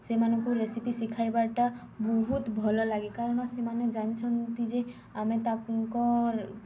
ସେମାନଙ୍କୁ ରେସିପି ଶିଖାଇବାଟା ବହୁତ ଭଲ ଲାଗେ କାରଣ ସେମାନେ ଜାଣିଛନ୍ତି ଯେ ଆମେ ତାଙ୍କ